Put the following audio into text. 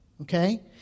okay